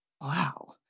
Wow